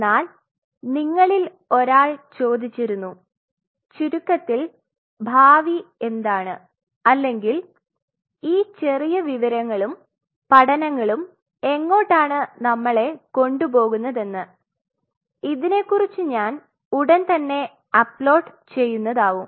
എന്നാൽ നിങ്ങളിൽ ഒരാൾ ചോദിച്ചിരുന്നു ചുരുക്കത്തിൽ ഭാവി എന്താണ് അല്ലെങ്കിൽ ഈ ചെറിയ വിവരങ്ങളും പഠനങ്ങളും എങ്ങോട്ടാണ് നമ്മളെ കൊണ്ടുപോകുന്നതെന്നു ഇതിനെകുറിച് ഞാൻ ഉടൻ തന്നെ അപ്ലോഡ് ചെയുന്നതാവും